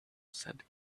said